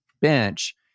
bench